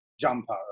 jumper